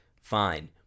Fine